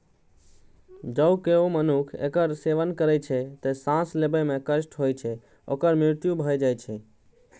जौं केओ मनुक्ख एकर सेवन करै छै, तं सांस लेबा मे कष्ट होइ सं ओकर मृत्यु भए जाइ छै